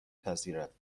پذیرد